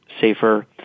safer